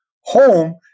home